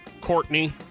Courtney